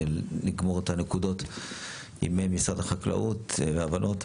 לגמור את הנקודות עם משרד החקלאות והבנות.